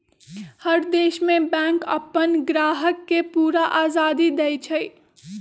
हर देश में बैंक अप्पन ग्राहक के पूरा आजादी देई छई